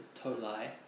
Tolai